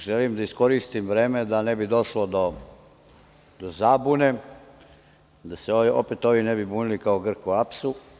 Želim da iskoristim vreme da ne bi došlo do zabune, da se opet ovi ne bi bunili kao Grk u apsu.